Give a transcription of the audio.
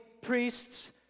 priests